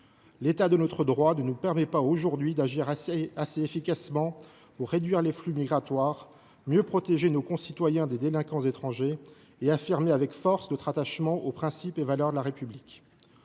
L’état de notre droit ne nous permet pas aujourd’hui d’agir assez efficacement pour réduire les flux migratoires, mieux protéger nos concitoyens des délinquants étrangers et affirmer avec force notre attachement aux principes et valeurs de la République.